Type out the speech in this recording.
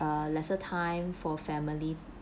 uh lesser time for family